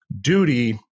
duty